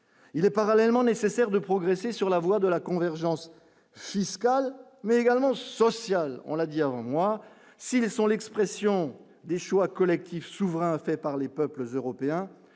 il est parallèlement nécessaire de progresser sur la voie de la convergence fiscale mais également sociale, on l'a dit avant moi, s'ils sont l'expression des choix collectifs souverain fait par les peuples européens